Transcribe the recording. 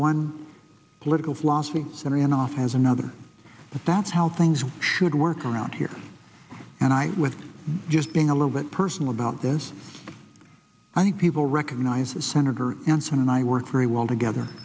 one political philosophy semyonov has another but that's how things should work around here and i was just being a little bit personal about this i think people recognize that senator ensign and i work very well together